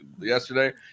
yesterday